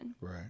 right